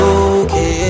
okay